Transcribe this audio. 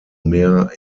mehr